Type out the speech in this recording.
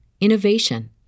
innovation